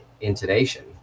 intonation